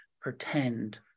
pretend